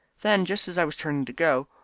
then, just as i was turning to go,